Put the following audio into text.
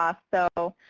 ah so,